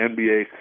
NBA